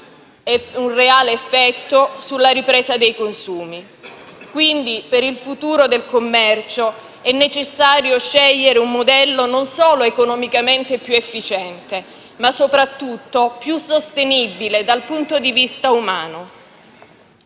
un reale effetto sulla ripresa dei consumi. Quindi, per il futuro del commercio è necessario scegliere un modello non solo economicamente più efficiente, ma soprattutto più sostenibile dal punto di vista umano.